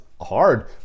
hard